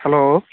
hello